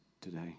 today